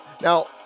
now